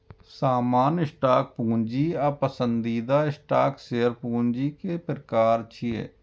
सामान्य स्टॉक पूंजी आ पसंदीदा स्टॉक पूंजी शेयर पूंजी के प्रकार छियै